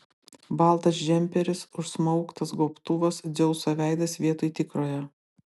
baltas džemperis užsmauktas gobtuvas dzeuso veidas vietoj tikrojo